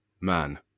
man